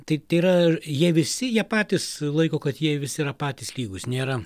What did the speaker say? tai tai yra jie visi jie patys laiko kad jie visi yra patys lygūs nėra